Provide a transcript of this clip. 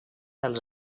els